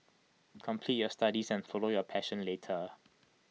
complete your studies and follow your passion later